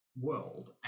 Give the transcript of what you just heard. world